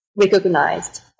recognized